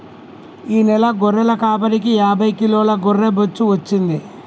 ఈ నెల గొర్రెల కాపరికి యాభై కిలోల గొర్రె బొచ్చు వచ్చింది